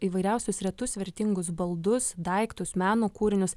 įvairiausius retus vertingus baldus daiktus meno kūrinius